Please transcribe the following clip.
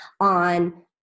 on